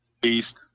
Beast